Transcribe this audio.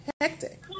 hectic